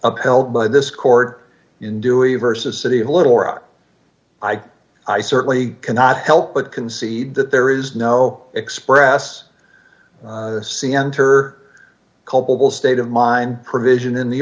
upheld by this court in doing versus city of little rock i i certainly cannot help but concede that there is no express see enter culpable state of mind provision in the